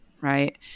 right